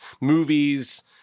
movies